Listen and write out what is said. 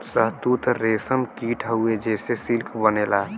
शहतूत रेशम कीट हउवे जेसे सिल्क बनेला